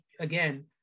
again